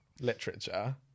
literature